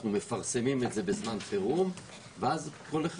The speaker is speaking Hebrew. אנחנו מפרסמים את זה בזמן חירום ואז כל אחד